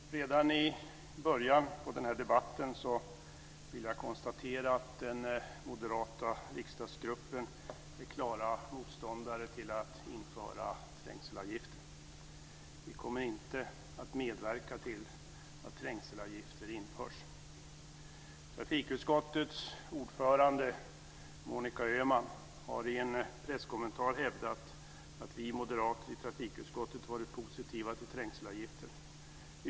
Fru talman! Redan i början av den här debatten vill jag konstatera att vi i den moderata riksdagsgruppen är klara motståndare till att införa trängselavgifter. Vi kommer inte att medverka till att trängselavgifter införs. Trafikutskottets ordförande Monica Öhman har i en presskommentar hävdat att vi moderater i trafikutskottet varit positiva till trängselavgifter.